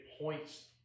points